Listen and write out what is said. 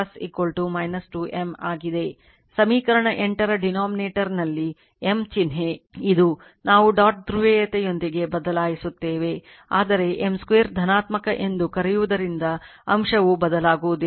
ಸಮೀಕರಣದ 8 ರ denominator ನಲ್ಲಿ M ಚಿಹ್ನೆ ಇದು ನಾವು ಡಾಟ್ ಧ್ರುವೀಯತೆಯೊಂದಿಗೆ ಬದಲಾಯಿಸುತ್ತೇವೆ ಆದರೆ M 2 ಧನಾತ್ಮಕ ಎಂದು ಕರೆಯುವುದರಿಂದ ಅಂಶವು ಬದಲಾಗುವುದಿಲ್ಲ